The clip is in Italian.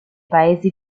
paesi